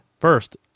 First